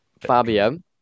Fabian